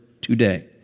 today